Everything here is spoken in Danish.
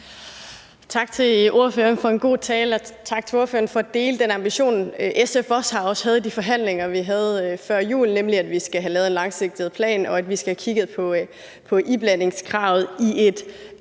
Tak til ordføreren for en god tale, og tak til ordføreren for at dele den ambition, SF også har og også havde i de forhandlinger, vi havde før jul, nemlig at vi skal have lavet en langsigtet plan, og at vi skal have kigget på iblandingskravet i et,